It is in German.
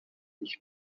nicht